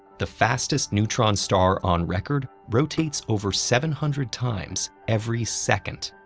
the fastest neutron star on record rotates over seven hundred times every second,